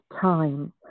time